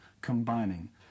combining